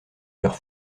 leurs